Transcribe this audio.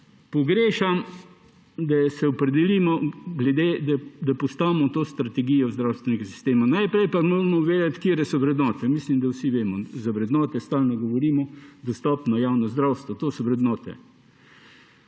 pogrešam, da se opredelimo, da postavimo to strategijo zdravstvenega sistema. Najprej pa moramo vedeti, katere so vrednote. Mislim, da vsi vemo, za vrednote stalno govorimo – dostopno javno zdravstvo, to so vrednote.